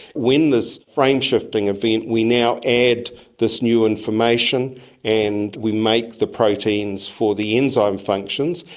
when this frame-shifting event. we now add this new information and we make the proteins for the enzyme functions,